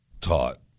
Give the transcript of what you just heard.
taught